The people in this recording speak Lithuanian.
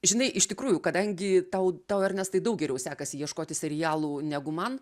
žinai iš tikrųjų kadangi tau tau ernestai daug geriau sekasi ieškoti serialų negu man